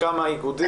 בכמה איגודים?